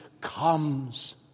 comes